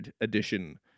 edition